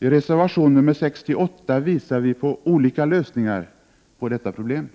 I reservation 68 visar vi på olika lösningar på detta problem.